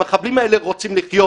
המחבלים האלה רוצים לחיות.